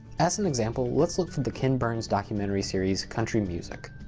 as an example, lets look for the ken burns documentary series country music.